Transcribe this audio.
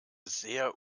sehr